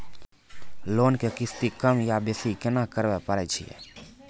Loan के किस्ती कम या बेसी केना करबै पारे छियै?